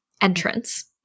entrance